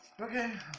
Okay